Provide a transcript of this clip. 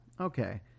Okay